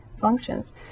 functions